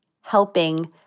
helping